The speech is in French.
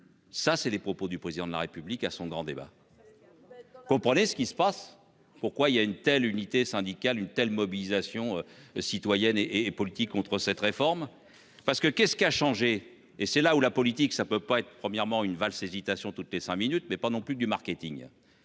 Ça c'est les propos du président de la République à son grand débat. Ça vrai. Comprenez ce qui se passe, pourquoi il y a une telle unité syndicale. Une telle mobilisation citoyenne et et politique contre cette réforme parce que qu'est-ce qui a changé et c'est là où la politique ça peut pas être premièrement une valse-hésitation toutes les cinq minutes mais pas non plus du marketing.